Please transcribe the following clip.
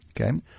Okay